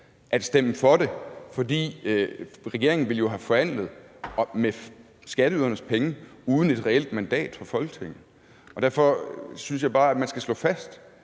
at stemme for det, for regeringen ville jo have forhandlet med skatteydernes penge uden et reelt mandat fra Folketinget. Og derfor synes jeg bare, man skal slå fast,